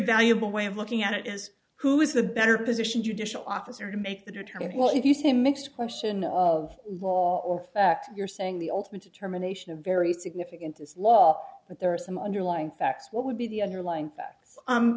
valuable way of looking at it is who is the better positioned judicial officer to make the determining well if you see a mixed question of law or fact you're saying the ultimate determination a very significant is law but there are some underlying facts what would be the underlying fa